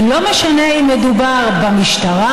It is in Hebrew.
ולא משנה אם מדובר במשטרה,